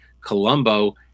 Colombo